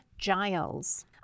Giles